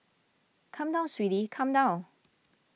come down sweetie come down